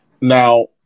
Now